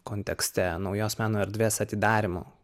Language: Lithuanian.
kontekste naujos meno erdvės atidarymo